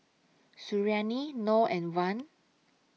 Suriani Noh and Wan